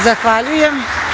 Zahvaljujem.